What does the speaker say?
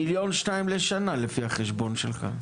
מיליון-2 מיליון לשנה, על פי החשבון שלך.